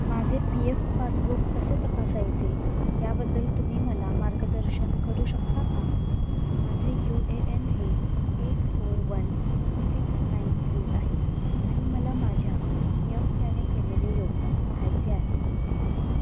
माझे P F passbook कसे तपासायचे याबद्दल तुम्ही मला मार्गदर्शन करू शकता का माझे यू ए एन हे eight four one six nine three आहे आणि मला माझ्या नियोक्त्याने केलेले योगदान पहायचे आहे